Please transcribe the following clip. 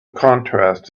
contrast